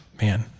man